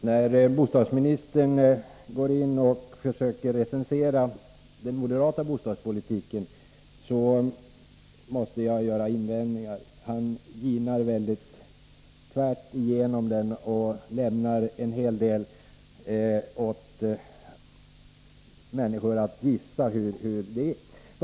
Herr talman! När bostadsministern försöker recensera den moderata bostadspolitiken måste jag göra invändningar. Han ginar tvärsigenom den och lämnar en hel del åt människor att gissa.